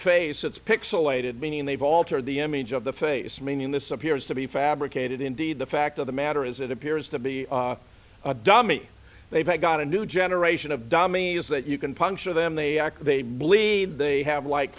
face it's pixellated meaning they've altered the image of the face meaning this appears to be fabricated indeed the fact of the matter is it appears to be a dummy they've got a new generation of dummy is that you can puncture them they act they bleed they have